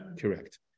Correct